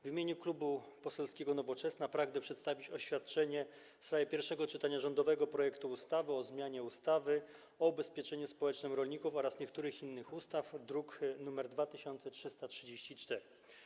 W imieniu Klubu Poselskiego Nowoczesna pragnę przedstawić oświadczenie w sprawie pierwszego czytania rządowego projektu ustawy o zmianie ustawy o ubezpieczeniu społecznym rolników oraz niektórych innych ustaw, druk nr 2334.